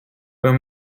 were